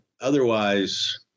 otherwise